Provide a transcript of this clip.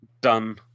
done